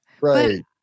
right